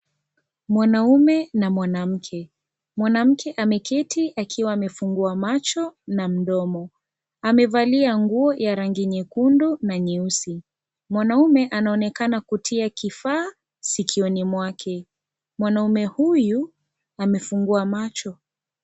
Mwanaume na mwanamke, mwanamke ameketi akiwa amefungua macho na mdomo, amevalia nguo ya rangi nyekundu na nyeusi . Mwanaume anaonekana kutia kifaa sikioni mwake, mwanaume huyu amefungua macho.